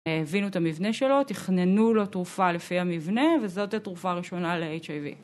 הבינו את המבנה שלו, תכננו לו תרופה לפי המבנה, וזאת התרופה הראשונה ל-HIV.